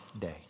day